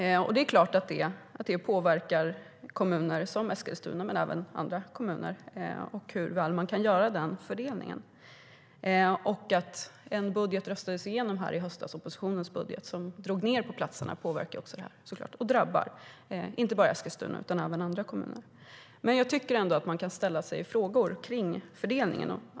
Det är klart att fördelningen påverkar kommuner som Eskilstuna och andra kommuner. Oppositionens budget röstades igenom i höstas, vilket minskade platserna. Det drabbar inte bara Eskilstuna utan även andra kommuner. Jag tycker ändå att man kan ställa frågor om fördelningen.